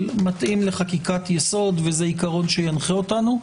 מתאים לחוק יסוד וזה עיקרון שינחה אותנו.